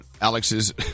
Alex's